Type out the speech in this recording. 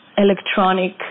electronic